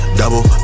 double